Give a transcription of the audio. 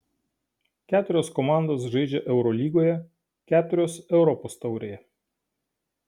keturios komandos žaidžia eurolygoje keturios europos taurėje